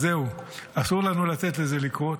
אז זהו, אסור לנו לתת לזה לקרות.